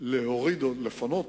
לפנות